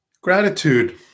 Gratitude